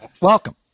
Welcome